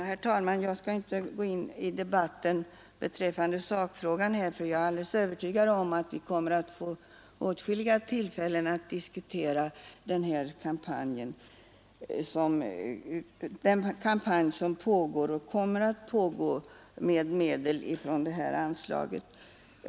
Herr talman! Jag skall inte gå in i debatten beträffande sakfrågan, för jag är alldeles övertygad om att vi kommer att få åtskilliga tillfällen att diskutera den kampanj som pågår och som kommer att pågå för medel från det här anslaget.